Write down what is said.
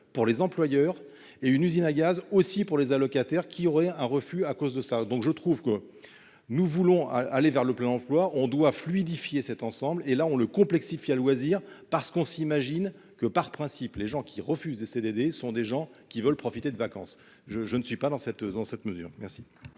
pour les employeurs et une usine à gaz aussi pour les allocataires qui aurait un refus à cause de ça, donc je trouve que nous voulons aller vers le plein emploi, on doit fluidifier cet ensemble et là on le complexifier à loisir parce qu'on s'imagine que par principe, les gens qui refusent et CDD sont des gens qui veulent profiter de vacances, je, je ne suis pas dans cette, dans cette